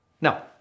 Now